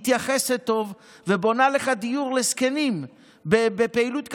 מתייחסת טוב ובונה לך דיור לזקנים בפעילות כלכלית.